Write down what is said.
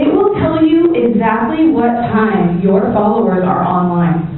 tell you exactly what time your followers are online.